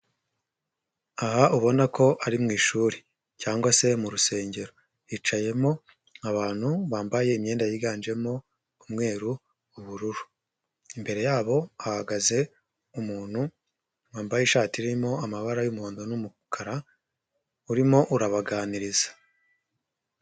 Aha ubona ko ari mu ishuri cyangwa se mu rusengero, hicayemo abantu bambaye imyenda yiganjemo, umweru, ubururu, imbere yabo hagaze umuntu wambaye ishati irimo amabara y'umuhondo n'umukara, urimo urabaganiriza.